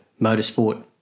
motorsport